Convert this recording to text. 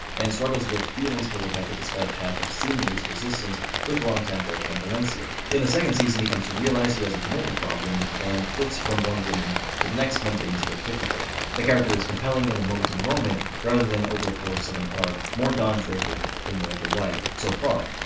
and struggles with feelings for rebecca despite a path of seeming least resistance with long-time girlfriend valencia. in the second season, he comes to realize he has a commitment problem and flits from one woman to the next when things get difficult. the character is compelling in the moment-to-moment rather than over the course of an arc more don draper than walter white, so far.